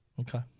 Okay